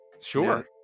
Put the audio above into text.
Sure